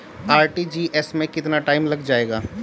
RTGS में कितना time लग जाएगा?